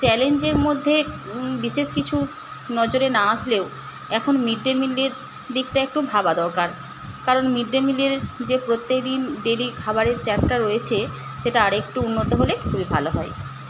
চ্যালেঞ্জের মধ্যে বিশেষ কিছু নজরে না আসলেও এখন মিড ডে মিলের দিকটা একটু ভাবা দরকার কারণ মিড ডে মিলের যে প্রত্যেকদিন ডেলি খাবারের চাপটা রয়েছে সেটা আরেকটু হলে উন্নত হলে খুবই ভালো হয়